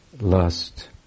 lust